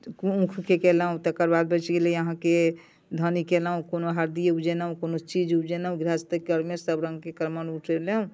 ऊखके कयलहुँ तकर बाद बचि गेलै अहाँके धन्नी कयलहुँ कोनो हरदी उपजेलहुँ कोनो चीज उपजेलहुँ गृहस्थी क्रममे सभ रङ्गके उपजेलहुँ